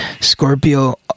Scorpio